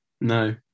No